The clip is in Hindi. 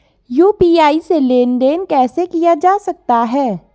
यु.पी.आई से लेनदेन कैसे किया जा सकता है?